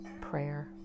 prayer